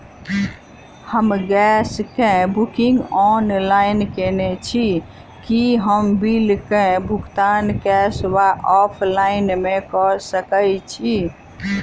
हम गैस कऽ booking online केने छी, की हम बिल कऽ भुगतान कैश वा ऑफलाइन मे कऽ सकय छी?